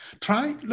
try